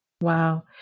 Wow